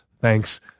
Thanks